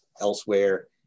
elsewhere